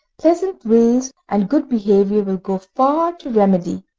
pleasant ways and good behaviour will go far to remedy